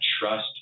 trust